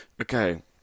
okay